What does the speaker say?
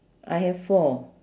I have four